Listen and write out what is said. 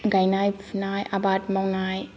गायनाय फुनाय आबाद मावनाय